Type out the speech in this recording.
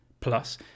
plus